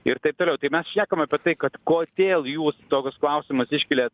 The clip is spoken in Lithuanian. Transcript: ir taip toliau tai mes šnekam apie tai kad kodėl jūs tokius klausimus iškeliat